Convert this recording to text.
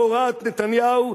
בהוראת נתניהו,